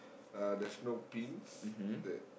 uh there's no pins that